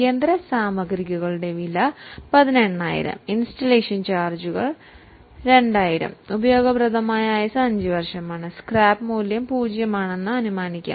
യന്ത്രത്തിൻറെ വില 18000 ഇൻസ്റ്റാളേഷൻ ചാർജുകൾ 2000 ഉപയോഗപ്രദമായ ആയുസ്സ് 5 വർഷമാണ് സ്ക്രാപ്പ് മൂല്യം പൂജ്യം ആണെന്ന് നമ്മൾ അനുമാനിക്കാം